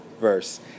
verse